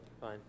Fine